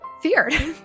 feared